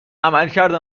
عملکرد